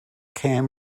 came